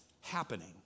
happening